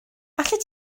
allet